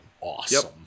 awesome